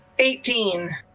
Eighteen